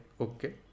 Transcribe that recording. okay